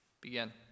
Begin